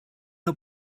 una